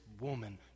woman